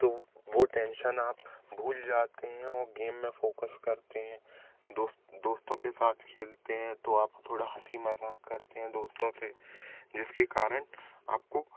तो वो टेंशन आप भूल जाते हैं और गेम में फोकस करते हैं दोस्त दोस्तों के साथ खेलते हैं तो आप थोड़ा हंसी मज़ाक़ करते हैं दोस्तों से जिस के कारण आपको